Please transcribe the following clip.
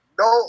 no